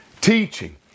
teaching